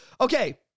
Okay